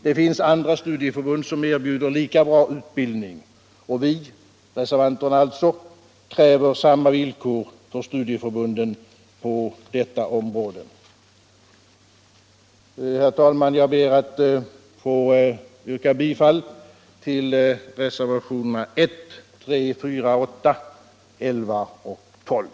Det finns andra studieförbund som erbjuder lika bra utbildning, och vi ”— reservanterna alltså — ”kräver samma villkor för studieförbunden på detta område.” Herr talman! Jag ber att få yrka bifall till reservationerna 1, 3, 4, 8, 11 och 12.